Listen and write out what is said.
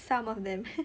some of them